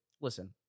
Listen